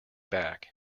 back